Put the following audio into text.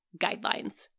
guidelines